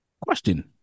Question